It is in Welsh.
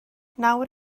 nawr